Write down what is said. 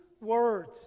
words